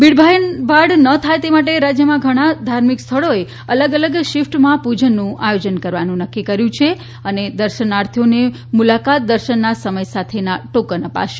ભીડભાડ ના થાય તે માટે રાજ્યમાં ઘણાં ધાર્મિક સ્થળોએ અલગ અલગ શીફ્ટમાં પૂજનનું આયોજન કરવાનું નક્કી કર્યું છે અને દર્શનાર્થીઓને મુલાકાત દર્શનના સમય સાથેના ટોકન અપાશે